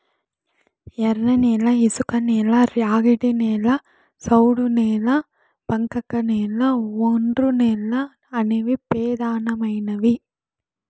ఎర్రనేల, ఇసుకనేల, ర్యాగిడి నేల, సౌడు నేల, బంకకనేల, ఒండ్రునేల అనేవి పెదానమైనవి